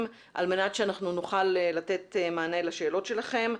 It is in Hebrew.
על מנת שאנחנו נוכל לתת מענה לשאלות שלהם.